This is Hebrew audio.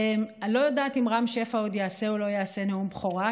אני לא יודעת אם רם שפע עוד יעשה או לא יעשה נאום בכורה,